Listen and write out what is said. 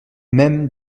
même